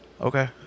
okay